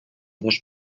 dos